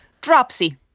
Dropsy